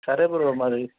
సరే బ్రో మరి